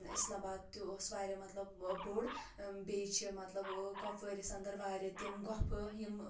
اِسلام باد تہِ اوس واریاہ مطلب بوٚڈ بیٚیہِ چھِ مطلب لوٗکھ کۄپوٲرِس اَنٛدر مطلب واریاہ تِم گۄپھٕ یِمہٕ